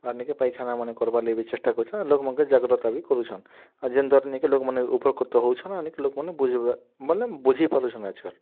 ଆନି କେ ପାଇଖାନାମାନେ କରିବା ଲାଗି ବି ଚେଷ୍ଟା କରୁଛନ୍ ଜାଗ୍ରତ ବି କରୁଛନ୍ ଯେନ୍ତା ନେଇ କରି ଉପକୃତ ହଉଛନ୍ ଅନେକ ଲୋକମାନେ ବୁଝେଇବା ମାନେ ବୁଝେଇ ପାରୁଛନ୍ ଆଜକାଲ୍